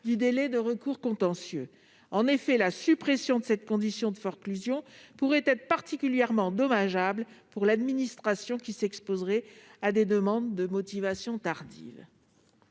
du délai de recours contentieux. En effet, la suppression de cette condition de forclusion pourrait être particulièrement dommageable pour l'administration, qui s'exposerait à des demandes de motivation tardives.